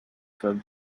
for